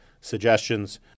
suggestions